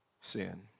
sin